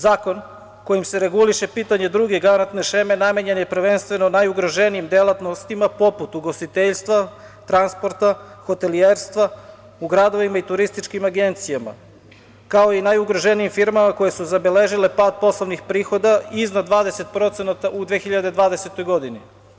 Zakon kojim se reguliše pitanje druge garantne šeme namenjen je prvenstveno najugroženijim delatnostima poput ugostiteljstva, transporta, hotelijerstva u gradovima i turističkim agencijama, kao i najugroženijim firmama koje su zabeležile pad poslovnih prihoda iznad 20% u 2020. godini.